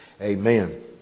amen